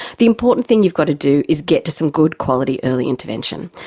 the important thing you've got to do is get to some good quality early intervention,